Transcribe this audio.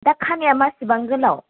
दा खानाया मासिबां गोलाव